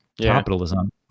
capitalism